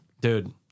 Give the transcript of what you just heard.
dude